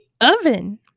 oven